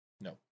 No